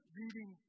reading